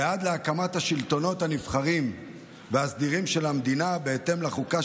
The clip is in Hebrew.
ועד להקמת השלטונות הנבחרים והסדירים של המדינה בהתאם לחוקה